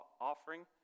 offering